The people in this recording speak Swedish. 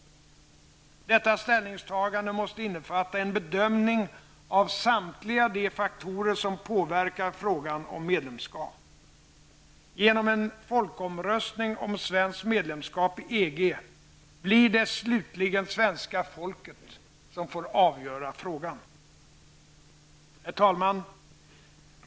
Detta ställningstagande måste innefatta en bedömning av samtliga de faktorer som påverkar frågan om medlemskap. Genom en folkomröstning om svenskt medlemskap i EG blir det slutligen svenska folket som får avgöra frågan. Herr talman!